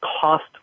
cost